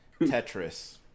Tetris